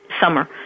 summer